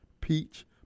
peach